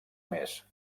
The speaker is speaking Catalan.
més